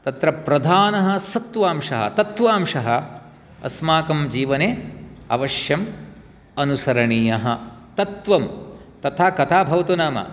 तत्र प्रधानः सत्त्वांशः तत्त्वांशः अस्माकं जीवने अवश्यम् अनुसरणीयः तत्त्वं तथा कथा भवतु नाम